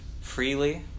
freely